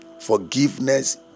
Forgiveness